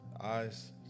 eyes